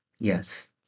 Yes